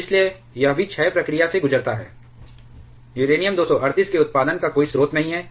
इसलिए यह भी क्षय प्रक्रिया से गुजरता है यूरेनियम 238 के उत्पादन का कोई स्रोत नहीं है